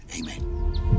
Amen